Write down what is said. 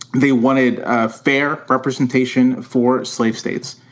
they wanted a fair representation for slave states,